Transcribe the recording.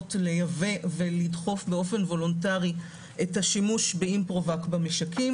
ניסיונות לייבא ולדחוף באופן וולונטרי את השימוש באימפרובק במשקים,